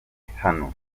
hano